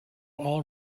all